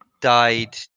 died